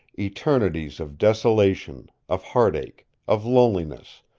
eternities of desolation, of heartache, of loneliness,